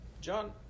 John